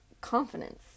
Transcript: confidence